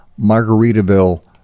margaritaville